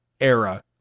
era